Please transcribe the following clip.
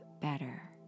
better